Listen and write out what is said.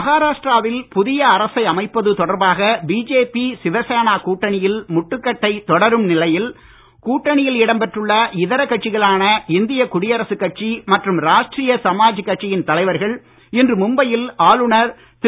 மகாராஷ்டிராவில் புதிய அரசை அமைப்பது தொடர்பாக பிஜேபி சிவசேனா கூட்டணியில் முட்டுக்கட்டை தொடரும் நிலையில் கூட்டணியில் இடம் பெற்றுள்ள இதர கட்சிகளான இந்திய குடியரசுக் கட்சி மற்றும் ராஷ்டீரிய சமாஜ் கட்சியின் தலைவர்கள் இன்று மும்பையில் ஆளுநர் திரு